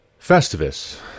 Festivus